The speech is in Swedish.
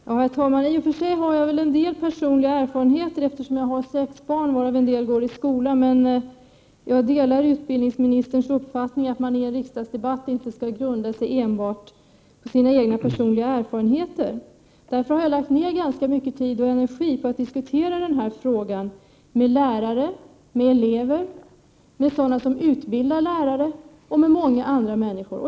Herr talman! I och för sig har jag väl en del personliga erfarenheter eftersom jag har sex barn, varav en del går i skolan, men jag delar statsrådets uppfattning att man i en riksdagsdebatt inte skall grunda sig enbart på sina egna personliga erfarenheter. Därför har jag lagt ner ganska mycket tid och energi på att diskutera den här frågan med lärare, med elever, med sådana som utbildar lärare och med många andra människor.